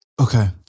Okay